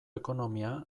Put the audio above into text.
ekonomia